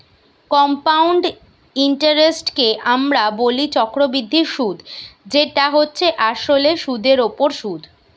compound ইন্টারেস্টকে আমরা বলি চক্রবৃদ্ধি সুধ যেটা হচ্ছে আসলে সুধের ওপর সুধ